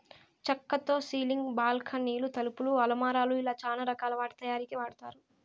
చక్కతో సీలింగ్, బాల్కానీలు, తలుపులు, అలమారాలు ఇలా చానా రకాల వాటి తయారీకి వాడతారు